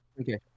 okay